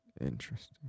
interesting